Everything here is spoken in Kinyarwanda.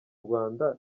rwanda